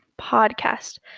podcast